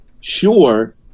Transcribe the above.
sure